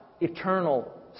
eternal